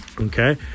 Okay